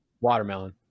Watermelon